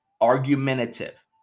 argumentative